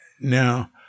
now